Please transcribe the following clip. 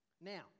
Now